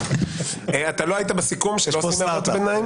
אתה לא היית בסיכום, שלא יהיו הערות ביניים.